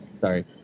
Sorry